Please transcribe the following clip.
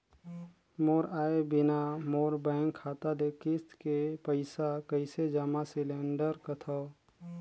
मोर आय बिना मोर बैंक खाता ले किस्त के पईसा कइसे जमा सिलेंडर सकथव?